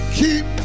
keep